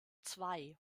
zwei